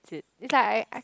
it it's like I I